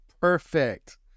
Perfect